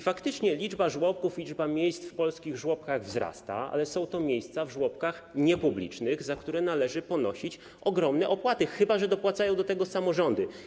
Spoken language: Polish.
Faktycznie, liczba żłobków, liczba miejsc w polskich żłobkach wzrasta, ale są to miejsca w żłobkach niepublicznych, za które trzeba ponosić ogromne opłaty, chyba że dopłacają do tego samorządy.